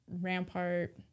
Rampart